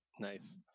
nice